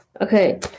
Okay